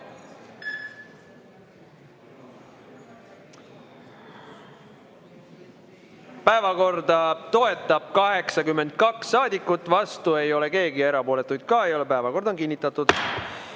Päevakorda toetab 82 saadikut, vastu ei ole keegi ja erapooletuid ka ei ole. Päevakord on kinnitatud.